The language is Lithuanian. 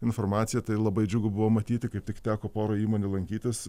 informaciją tai labai džiugu buvo matyti kaip tik teko porą įmonių lankytis